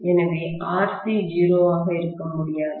எனவே RC 0 ஆக இருக்க முடியாது